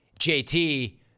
JT